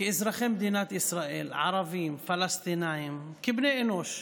כאזרחי מדינת ישראל ערבים, פלסטינים, כבני אנוש,